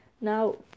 Now